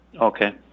Okay